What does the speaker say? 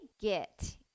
get